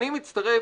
אני מצטרף,